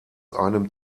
einem